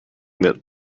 that